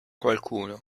qualcuno